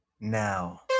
now